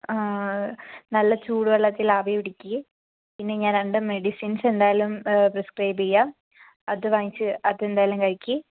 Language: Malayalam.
നല്ല ചൂടുവെള്ളത്തിൽ ആവി പിടിക്ക് പിന്നെ ഞാൻ രണ്ട് മെഡിസിൻസ് എന്തായാലും പ്രീസ്ക്രൈബ് ചെയ്യാം അത് വാങ്ങിച്ച് അത് എന്തായാലും കഴിക്ക്